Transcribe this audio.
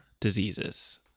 diseases